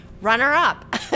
runner-up